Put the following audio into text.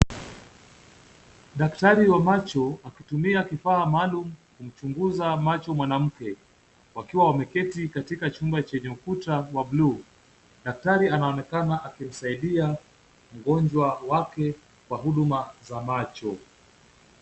Dakatari wa macho akitumia kifaa maalum kumchunguza macho mwanamke wakiwa wameketi katika chumba chenye ukuta wa bluu, daktari anaonekana akimsaidia mgonjwa wake kwa huduma za macho.